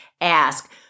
ask